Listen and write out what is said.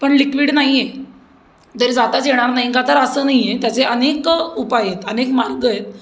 पण लिक्विड नाही आहे तरी जाताच येणार नाही का तर असं नाही आहे त्याचे अनेक उपाय आहेत अनेक मार्ग आहेत